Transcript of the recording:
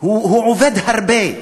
הוא עובד הרבה,